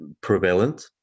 prevalent